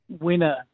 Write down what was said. Winner